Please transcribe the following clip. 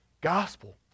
gospel